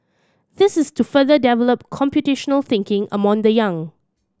this is to further develop computational thinking among the young